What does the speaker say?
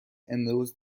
امروز